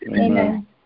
Amen